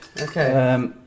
okay